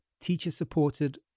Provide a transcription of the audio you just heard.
teacher-supported